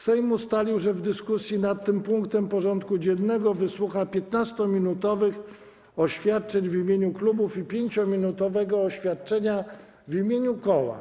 Sejm ustalił, że w dyskusji nad tym punktem porządku dziennego wysłucha 15-minutowych oświadczeń w imieniu klubów i 5-minutowego oświadczenia w imieniu koła.